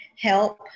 help